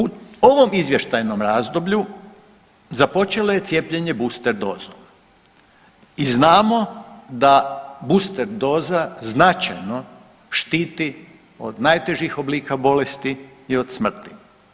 U ovom izvještajnom razdoblju započelo je cijepljenje booster dozom i znamo da booster doza značajno štiti od najtežih oblika bolesti i od smrti.